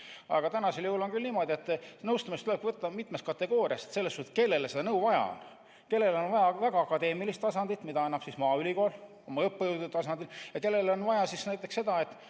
Aga praegusel juhul on küll niimoodi, et nõustamist tuleb võtta mitmes kategoorias. Tuleb vaadata, kellele seda nõu vaja on, kellele on vaja väga akadeemilist tasandit, mida annab Maaülikool oma õppejõudude tasandil, ja kellele on vaja näiteks seda, et